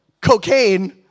cocaine